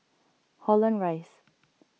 Holland Rise